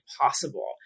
possible